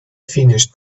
finished